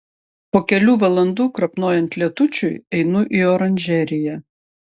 po kelių valandų krapnojant lietučiui einu į oranžeriją